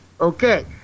Okay